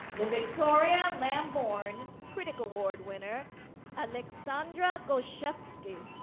victoria lambourne critic award winner aleksandra gochefski.